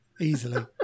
easily